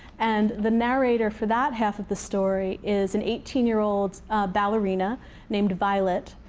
and the narrator for that half of the story is an eighteen year old ballerina named violet,